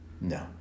no